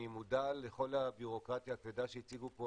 אני מודע לכל הבירוקרטיה הכבדה שהציגו פה